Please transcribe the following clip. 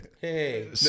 Hey